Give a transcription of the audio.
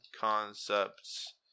concepts